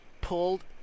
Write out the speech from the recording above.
pulled